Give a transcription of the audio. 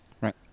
Right